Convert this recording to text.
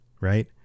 right